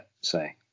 say